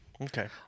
Okay